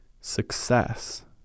success